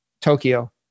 Tokyo